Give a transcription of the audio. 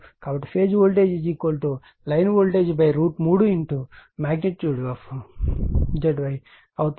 కాబట్టి phase voltage line voltage 3ZY అవుతుంది